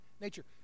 nature